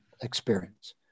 experience